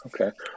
Okay